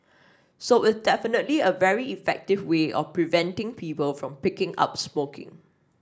so it's definitely a very effective way of preventing people from picking up smoking